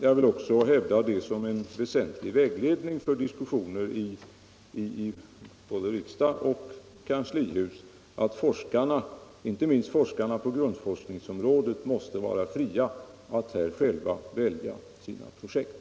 Jag vill också som en väsentlig vägledning för diskussioner i både riksdag och kanslihus hävda att forskarna — inte minst på grundforskningsområdet — måste vara fria att själva välja sina projekt.